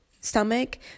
stomach